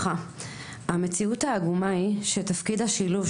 המציאות העגומה של תפקיד השילוב,